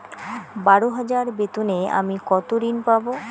বারো হাজার বেতনে আমি কত ঋন পাব?